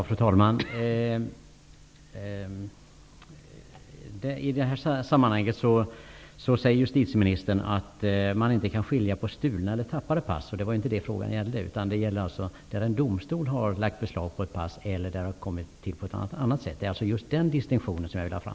Fru talman! Justitieministern säger att man inte kan skilja mellan stulna och tappade pass. Det var inte det frågan gällde. Det gäller de fall då en domstol har lagt beslag på ett pass eller då det har kommit bort på ett annat sätt. Det är alltså just den distinktionen jag vill ha fram.